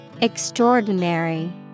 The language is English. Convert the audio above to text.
Extraordinary